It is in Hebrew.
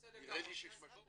נראה לי שיש פה משהו